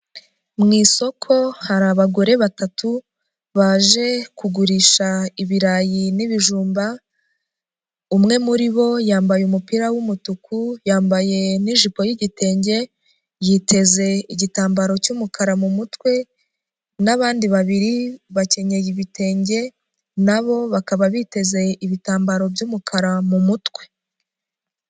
Mu isoko hari abagore batatu baje kugurisha ibirayi n'ibijumba, umwe muri bo yambaye umupira w'umutuku, yambaye n'ijipo y'igitenge, yiteze igitambaro cy'umukara mu mutwe n'abandi babiri bakenyeye ibitenge na bo bakaba bitezeye ibitambaro by'umukara mu mutwe.